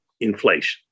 inflation